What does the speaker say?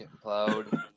plowed